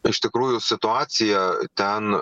iš tikrųjų situacija ten